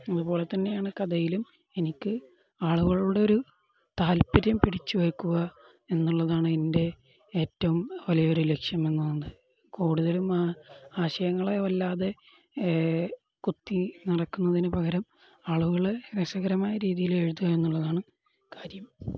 അതുപോലെത്തന്നെയാണു കഥയിലും എനിക്ക് ആളുകളുടെ ഒരു താല്പര്യം പിടിച്ചു വയ്ക്കുക എന്നുള്ളതാണ് എൻ്റെ ഏറ്റവും വലിയൊരു ലക്ഷ്യമെന്നത് കൂടുതലും ആ ആശയങ്ങളെ വല്ലാതെ കുത്തി നടക്കുന്നതിനുപകരം ആളുകളെ രസകരമായ രീതിയിൽ എഴുതുക എന്നുള്ളതാണു കാര്യം